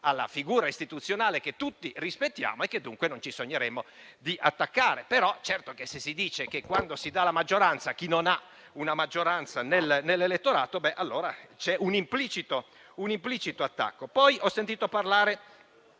alla figura istituzionale che tutti rispettiamo e che dunque non ci sogneremmo di attaccare; tuttavia, certo che se si dice che si dà la maggioranza a chi non ha una maggioranza nell'elettorato, allora c'è un implicito attacco. Poi ho sentito parlare